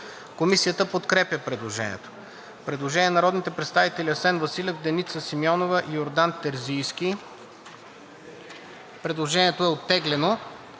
Комисията подкрепя предложението. Предложение на народните представители Асен Василев, Деница Симеонова и Йордан Терзийски. Предложението е оттеглено.